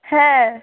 হ্যাঁ